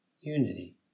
unity